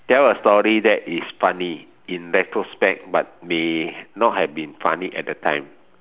tell a story that is funny in retrospect but may not have been funny at the time